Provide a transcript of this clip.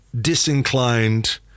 disinclined